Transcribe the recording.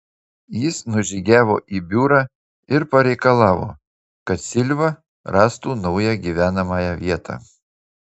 jis nužygiavo į biurą ir pareikalavo kad silva rastų naują gyvenamąją vietą